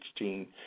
16